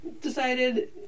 decided